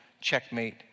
checkmate